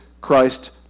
Christ